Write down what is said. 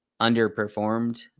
underperformed